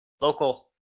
Local